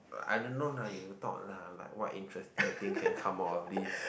I don't know lah you talk lah like what interesting things can you come out of this